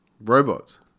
Robots